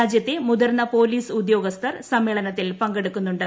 രാജ്യത്തെ മുതിർന്ന പോലീസ് ഉദ്യോഗസ്ഥർ സമ്മേളനത്തിൽ പങ്കെടുക്കുന്നുണ്ട്